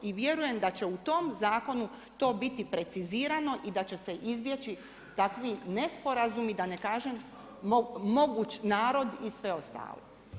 I vjerujem da će u tom zakonu to biti precizirano i da će se izbjeći takvi nesporazumi, da ne kažem, moguć narod i sve ostalo.